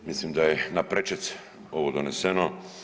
Mislim da je na prečac ovo doneseno.